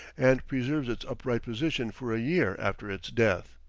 and preserves its upright position for a year after its death.